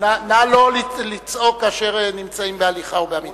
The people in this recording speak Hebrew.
נא לא לצעוק כאשר נמצאים בהליכה או בעמידה.